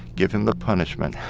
give him the punishment